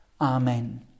Amen